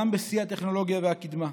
גם בשיא הטכנולוגיה והקדמה.